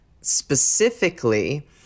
specifically